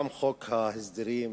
כלכלי.